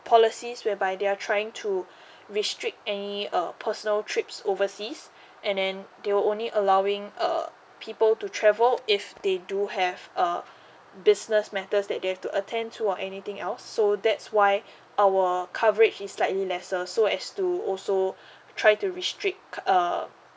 policies whereby they are trying to restrict any uh personal trips overseas and then they will only allowing uh people to travel if they do have uh business matters that they have to attend to or anything else so that's why our coverage is slightly lesser so as to also try to restrict ka~ uh